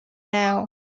now